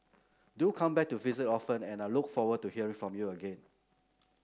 do come back to visit often and I look forward to hear from you again